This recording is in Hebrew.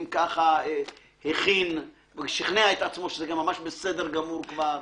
הכין ושכנע את עצמו כבר שזה בסדר גמור.